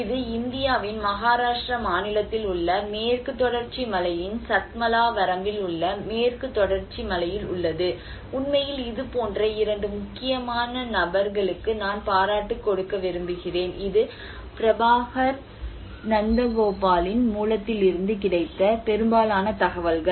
இது இந்தியாவின் மகாராஷ்டிரா மாநிலத்தில் உள்ள மேற்குத் தொடர்ச்சி மலையின் சத்மலா வரம்பில் உள்ள மேற்குத் தொடர்ச்சி மலையில் உள்ளது உண்மையில் இது போன்ற இரண்டு முக்கியமான நபர்களுக்கு நான் பாராட்டு கொடுக்க விரும்புகிறேன் இது பிரபாகர் நந்தகோபாலின் மூலத்திலிருந்து கிடைத்த பெரும்பாலான தகவல்கள்